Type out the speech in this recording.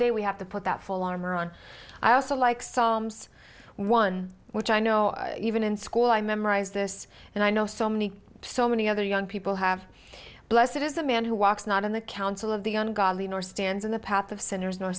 day we have to put that full armor on i also like psalms one which i know even in school i memorized this and i know so many so many other young people have blessed it is the man who walks not in the council of the un godly nor stands in the path of sinners nor